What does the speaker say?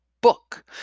book